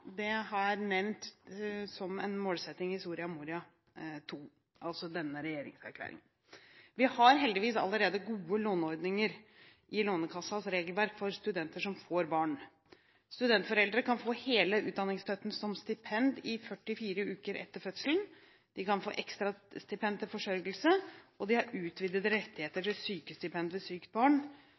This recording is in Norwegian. Det er nevnt som en målsetting i Soria Moria II, som altså er denne regjeringens erklæring. Vi har heldigvis allerede gode låneordninger i Lånekassens regelverk for studenter som får barn: Studentforeldre kan få hele utdanningsstøtten som stipend i 44 uker etter fødselen, de kan få ekstra stipend til forsørgelse, og de har utvidede rettigheter til sykestipend ved sykt barn,